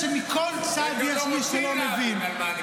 הם גם לא רוצים להבין על מה אני מדבר.